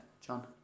John